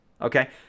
okay